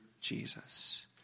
Jesus